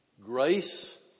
grace